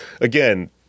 Again